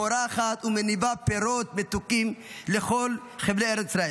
פורחת ומניבה פירות מתוקים לכל חבלי ארץ ישראל.